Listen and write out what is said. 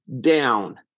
down